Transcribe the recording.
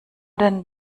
den